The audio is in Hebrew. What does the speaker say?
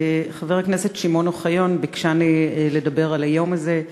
חבר הכנסת שמעון אוחיון ביקשני לדבר על היום הזה,